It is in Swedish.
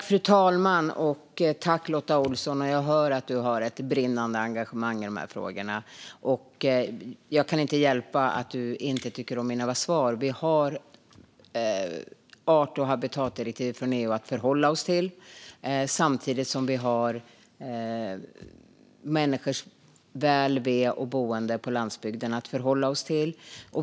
Fru talman! Jag hör att du har ett brinnande engagemang i de här frågorna, Lotta Olsson. Jag kan inte hjälpa att du inte tycker om mina svar. Vi har art och habitatdirektivet från EU att förhålla oss till, samtidigt som vi har människors väl, ve och boende på landsbygden att förhålla oss till.